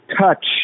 touch